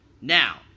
Now